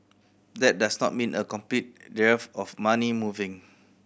that does not mean a complete dearth of money moving